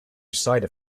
side